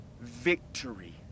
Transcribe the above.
victory